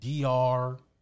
DR